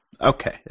Okay